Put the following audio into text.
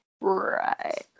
Right